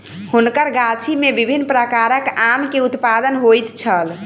हुनकर गाछी में विभिन्न प्रकारक आम के उत्पादन होइत छल